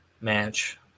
match